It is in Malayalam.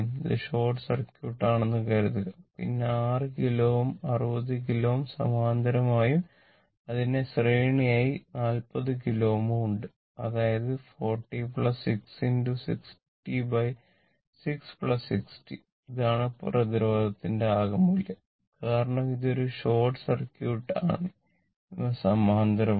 ഇത് ഷോർട്ട് സർക്യൂട്ട് ആണെന്ന് കരുതുക പിന്നെ 6 കിലോ Ω ഉം 60 കിലോ Ω സമാന്തരമായും അതിനു ശ്രേണിയിലായി 40 കിലോ Ω ഉണ്ട് അതായത് 40 6 606 60 ഇതാണ് പ്രതിരോധത്തിന്റെ ആകെ മൂല്യം കാരണം ഇത് ഷോർട്ട് സർക്യൂട്ട് ആണ് ഇവ സമാന്തരമാണ്